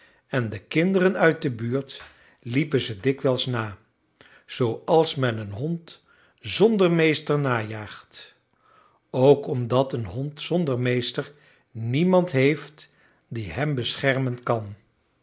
en de kinderen uit de buurt liepen ze dikwijls na zooals men een hond zonder meester najaagt ook omdat een hond zonder meester niemand heeft die hem beschermen kan